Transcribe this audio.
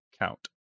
count